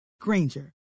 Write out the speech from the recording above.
Granger